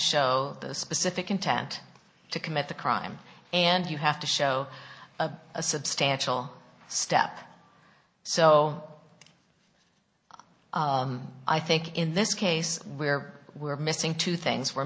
show the specific intent to commit the crime and you have to show a a substantial step so i think in this case where we're missing two things we're